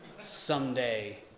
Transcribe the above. someday